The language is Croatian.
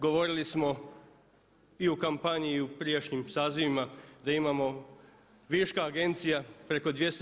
Govorili smo i u kampanji i u prijašnjim sazivima da imamo viška agencija, preko 200.